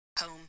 home